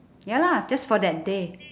ya lah just for that day